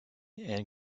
and